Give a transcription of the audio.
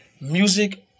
Music